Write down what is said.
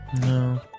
No